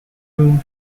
whom